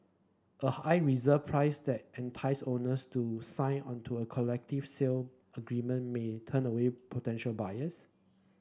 a high reserve price that entices owners to sign onto a collective sale agreement may turn away potential buyers